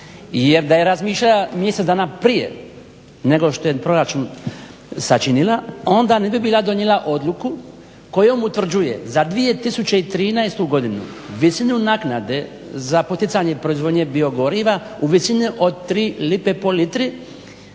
jer da je razmišljala mjesec dana prije nego što je proračun sačinila, onda ne bi bila donijela odluku kojom utvrđuje za 2013. visinu naknade za poticanje proizvodnje biogoriva u visini od 3 lipe po litri